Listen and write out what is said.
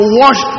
wash